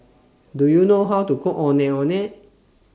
Do YOU know How to Cook Ondeh Ondeh